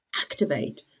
activate